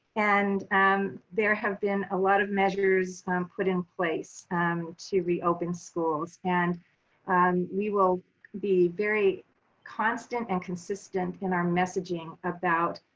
and um there have been a lot of measures put in place to reopen schools, and we will be very constant and consistent in our messaging about